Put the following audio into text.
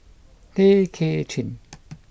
Tay Kay Chin